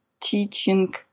teaching